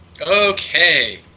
Okay